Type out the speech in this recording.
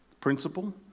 Principle